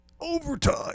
overtime